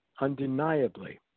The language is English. undeniably